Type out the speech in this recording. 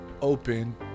open